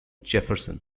jefferson